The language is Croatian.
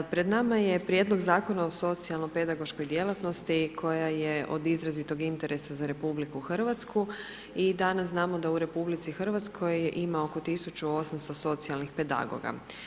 Pred nama je Prijedlog Zakona o socijalno pedagoškoj djelatnosti koja je od izrazitog interesa za RH i danas znamo da u RH ima oko 1.800 socijalnih pedagoga.